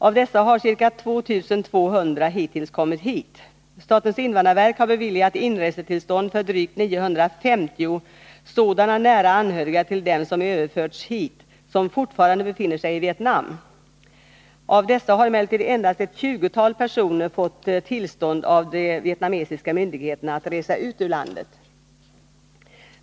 Av dessa har ca 2 200 hittills kommit hit. Statens invandrarverk har beviljat inresetillstånd för drygt 950 sådana nära anhöriga till dem som överförts hit som fortfarande befinnerisig i Vietnam. Av dessa har emellertid hittills endast ett tjugotal personer fått tillstånd av de vietnamesiska myndigheterna att resa ut ur landet.